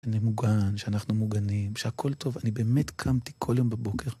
שאני מוגן, שאנחנו מוגנים, שהכול טוב, אני באמת קמתי כל יום בבוקר...